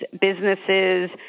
businesses